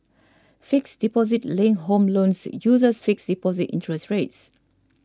fixed deposit linked home loans uses fixed deposit interest rates